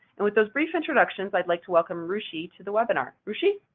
and with those brief introductions, i'd like to welcome ruchi to the webinar. ruchi.